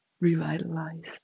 revitalized